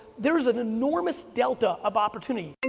there is an enormous delta of opportunity. and